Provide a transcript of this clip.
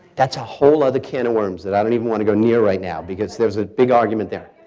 that's a whole other can of worms that i don't even want to go near right now because there's a big argument there